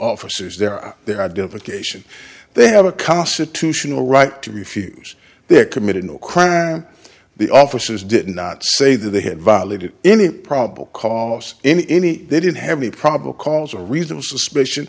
officers their their idea of a cation they have a constitutional right to refuse they're committed no crime the officers did not say that they had violated any probable cause in any they didn't have any problem calls a reasonable suspicion